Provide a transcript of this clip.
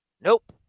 Nope